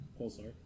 Pulsar